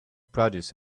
produce